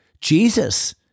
Jesus